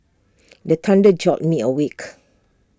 the thunder jolt me awake